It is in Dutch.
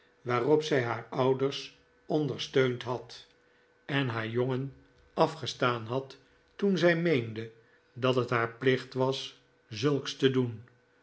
waarop zij haar ouders ondersteund had en haar jongen afgestaan had toen zij meende dat het haar plicht was zulks te doen